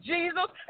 Jesus